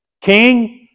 King